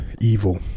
evil